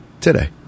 today